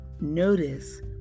Notice